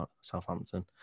Southampton